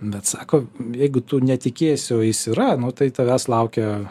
bet sako jeigu tu netikėsi o jis yra nu tai tavęs laukia